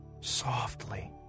softly